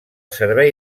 servei